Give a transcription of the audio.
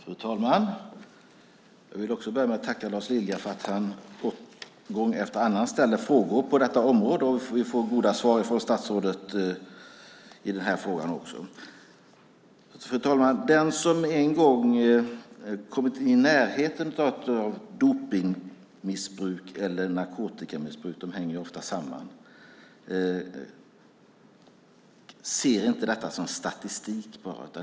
Fru talman! Jag ska också tacka Lars Lilja för att han gång efter annan ställer frågor på detta område. Vi får goda svar från statsrådet i denna fråga också. Fru talman! Den som en gång kommit i närheten av dopningsmissbruk eller narkotikamissbruk - de hänger ofta samman - ser inte detta som bara statistik.